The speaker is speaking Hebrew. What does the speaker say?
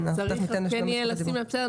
כן יהיה צריך לשים הערה,